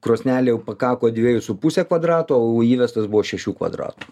krosnelė jau pakako dviejų su puse kvadrato o įvestas buvo šešių kvadratų